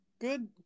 Good